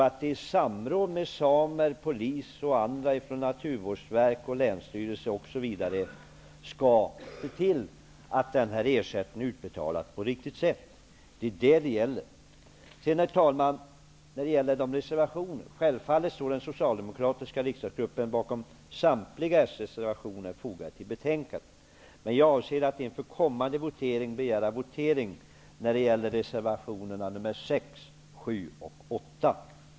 I samråd med samerna, Polisen och andra från Naturvårdsverket, Länsstyrelsen osv. skall man se till att ersättningen utbetalas på ett riktigt sätt. Det är vad det är fråga om. Sedan några ord om reservationerna. Självfallet står den socialdemokratiska riksdagsgruppen bakom samtliga socialdemokratiska reservationer som är fogade till betänkandet. Men jag avser att inför den kommande omröstningen begära votering beträffande reservationerna nr 6, 7 och 8.